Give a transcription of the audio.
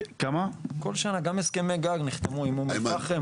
גם הסכמי גג נחתמו עם אום אל פאחם,